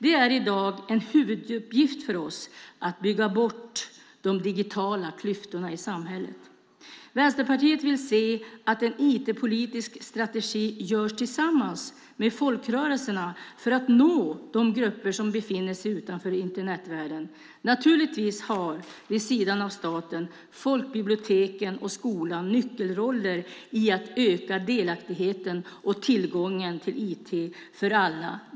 Det är i dag en huvuduppgift för oss att bygga bort de digitala klyftorna i samhället. Vänsterpartiet vill se att en IT-politisk strategi görs tillsammans med folkrörelserna för att nå de grupper som befinner sig utanför Internetvärlden. Naturligtvis har folkbiblioteken och skolan vid sidan av staten nyckelroller i att öka delaktigheten och tillgången till IT för alla.